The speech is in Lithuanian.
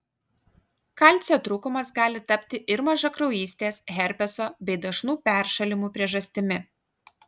kalcio trūkumas gali tapti ir mažakraujystės herpeso bei dažnų peršalimų priežastimi